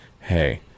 hey